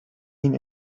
این